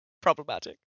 problematic